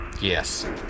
Yes